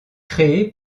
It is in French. créé